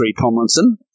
Tomlinson